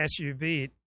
SUV